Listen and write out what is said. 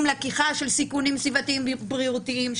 לקיחה של סיכונים סביבתיים ובריאותיים.